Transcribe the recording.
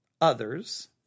others